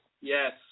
Yes